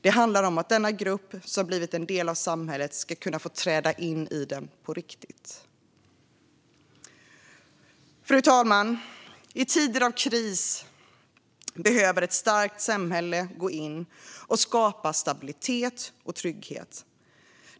Det handlar om att denna grupp som blivit en del av samhället ska få kunna få träda in i det på riktigt. Fru talman! I tider av kris behöver ett starkt samhälle gå in och skapa stabilitet och trygghet.